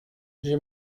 j’ai